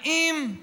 האם,